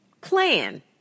Plan